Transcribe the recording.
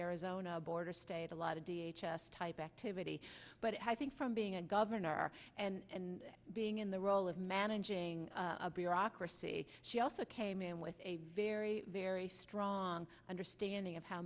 arizona border state a lot of v h s type activity but i think from being a governor and being in the role of managing a bureaucracy she also came in with a very very strong understanding of how